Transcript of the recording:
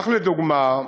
כך, לדוגמה,